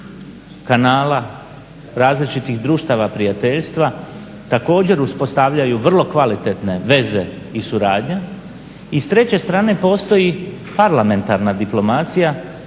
kanala različitih društava prijateljstva također uspostavljaju vrlo kvalitetne veze i suradnja i s treće strane postoji parlamentarna diplomacija